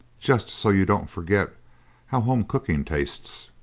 just so you don't forget how home cooking tastes.